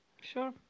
sure